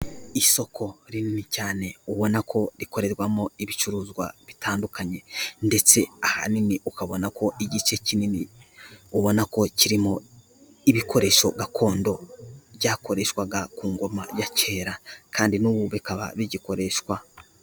Isoko rinini cyane, ubona ko rikorerwamo ibicuruzwa bitandukanye ndetse ahanini ukabona ko igice kinini, ubona ko kirimo ibikoresho gakondo, byakoreshwaga ku ngoma ya kera kandi n'ubu bikaba bigikoreshwa.